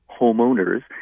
homeowners